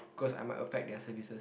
because I might affect their services